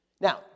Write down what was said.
Now